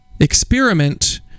experiment